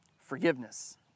Forgiveness